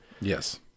yes